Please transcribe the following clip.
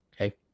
Okay